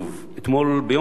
ביום שני,